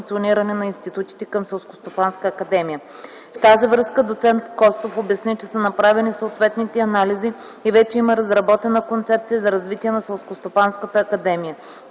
на институтите към Селскостопанската академия. В тази връзка доц. Костов обясни, че са направени съответните анализи и вече има разработена концепция за развитие на Селскостопанската академия.